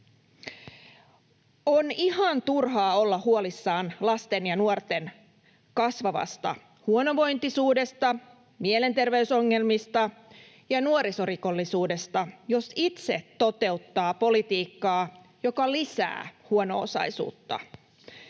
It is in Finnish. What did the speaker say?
On ihan turhaa olla huolissaan lasten ja nuorten kasvavasta huonovointisuudesta, mielenterveysongelmista ja nuorisorikollisuudesta, jos itse toteuttaa politiikkaa, joka lisää huono-osaisuutta.